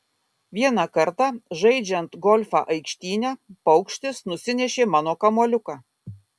vieną kartą žaidžiant golfą aikštyne paukštis nusinešė mano kamuoliuką